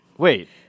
Wait